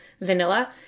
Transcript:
vanilla